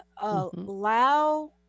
allow